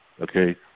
okay